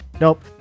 nope